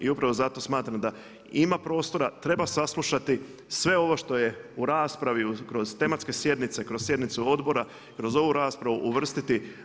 I upravo zato smatram da ima prostora, treba saslušati sve ovo što je u raspravi, kroz tematske sjednice, kroz sjednicu odbor, kroz ovu raspravu uvrstiti.